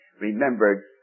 remembered